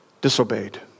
disobeyed